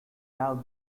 have